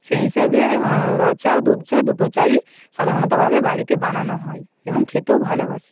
সেই হিসাবে র চা দুধ চা দুটো চাই সাধারণতভাবে বাড়িতে বানানো হয় এবং খেতেও ভালোবাসি